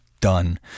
done